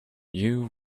you